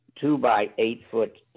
two-by-eight-foot